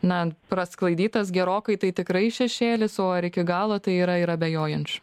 na prasklaidytas gerokai tai tikrai šešėlis o ar iki galo tai yra ir abejojančių